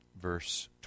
Verse